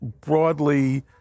broadly